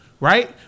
Right